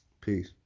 Peace